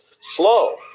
slow